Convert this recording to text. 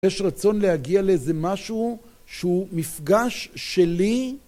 יש רצון להגיע לאיזה משהו שהוא מפגש שלי